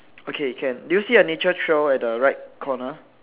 okay can do you see a nature trail at the right corner